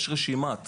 יש רשימת סעיפים.